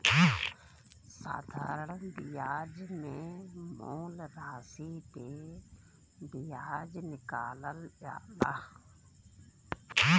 साधारण बियाज मे मूल रासी पे बियाज निकालल जाला